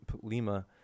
Lima